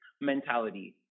mentality